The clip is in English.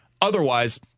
Otherwise